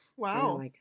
Wow